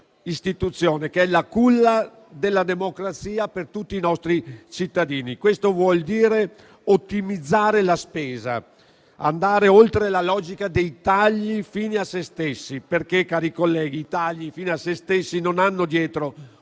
istituzione, che è la culla della democrazia per tutti i nostri cittadini. Questo vuol dire ottimizzare la spesa, andare oltre la logica dei tagli fini a se stessi, che, cari colleghi, non hanno dietro